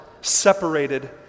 separated